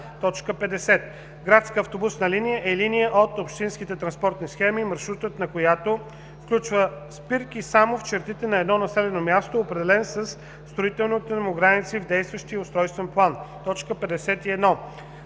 „Градска автобусна линия“ е линия от общинските транспортни схеми, маршрутът на която включва спирки само в чертите на едно населено място, определени със строителните му граници в действащия устройствен план.